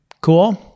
Cool